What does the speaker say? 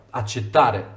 accettare